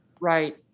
Right